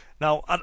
Now